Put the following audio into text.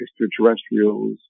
extraterrestrials